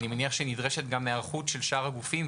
אני מניח שנדרשת גם היערכות של שאר הגופים,